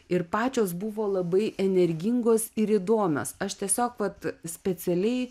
ir pačios buvo labai energingos ir įdomios aš tiesiog vat specialiai